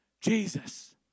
Jesus